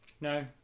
no